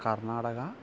Karnataka